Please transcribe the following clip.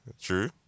True